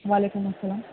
وعلیکم السلام